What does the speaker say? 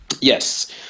Yes